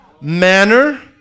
manner